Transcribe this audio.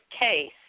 case